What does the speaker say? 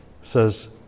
says